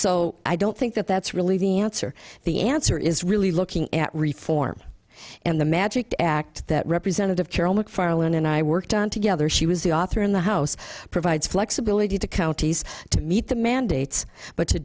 so i don't think that that's really the answer the answer is really looking at reform and the magic act that representative carroll macfarlane and i worked on together she was the author in the house provides flexibility to counties to meet the mandates but to